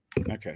Okay